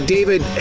David